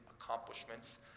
accomplishments